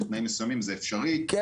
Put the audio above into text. בתנאים מסוימים זה אפשרי,